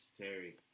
Terry